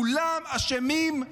כולם אשמים,